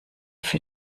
für